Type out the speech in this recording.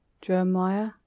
Jeremiah